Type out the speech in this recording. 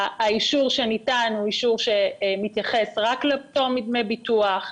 האישור שניתן הוא אישור שמתייחס רק לפטור מדמי ביטוח.